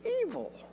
evil